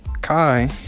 Kai